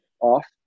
off